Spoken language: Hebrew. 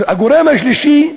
הגורם הרביעי,